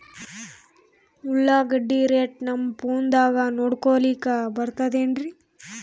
ಉಳ್ಳಾಗಡ್ಡಿ ರೇಟ್ ನಮ್ ಫೋನದಾಗ ನೋಡಕೊಲಿಕ ಬರತದೆನ್ರಿ?